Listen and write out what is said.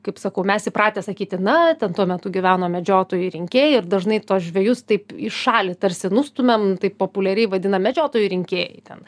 kaip sakau mes įpratę sakyti na ten tuo metu gyveno medžiotojai rinkėjai ir dažnai tuos žvejus taip į šalį tarsi nustumiam taip populiariai vadinam medžiotojai rinkėjai ten